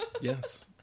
yes